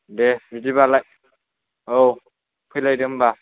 दे बिदिबालाय औ फैलायदो होमबा